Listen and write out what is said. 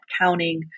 counting